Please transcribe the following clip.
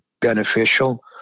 beneficial